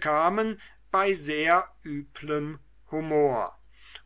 kamen bei sehr üblem humor